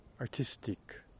artistic